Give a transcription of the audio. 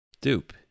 Dupe